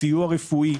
סיוע רפואי,